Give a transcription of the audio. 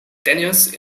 tenuous